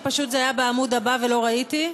פשוט זה היה בעמוד הבא ולא ראיתי.